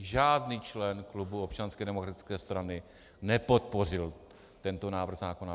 Žádný člen klubu Občanské demokratické strany nepodpořil tento návrh zákona.